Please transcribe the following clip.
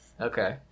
Okay